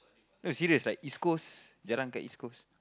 no serious like East-Coast jalan kat East-Coast